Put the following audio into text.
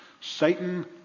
Satan